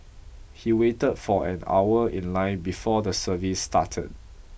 he waited for an hour in line before the service started